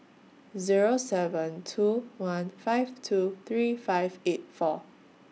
Zero seven two one five two three five eight four